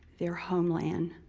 their homeland,